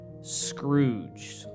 Scrooge